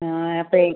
ആ അപ്പോൾ